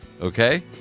Okay